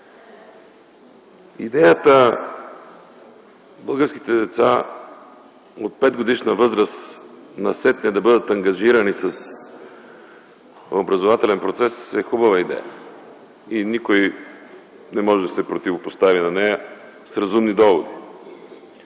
Идеята българските деца от 5-годишна възраст насетне да бъдат ангажирани с образователен процес е хубава идея. Никой не може да й се противопостави с разумни доводи.